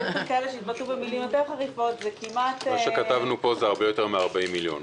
מה שכתבנו פה זה הרבה יותר מ-40 מיליון.